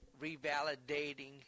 revalidating